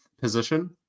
position